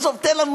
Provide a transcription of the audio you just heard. עזוב, תן לנו.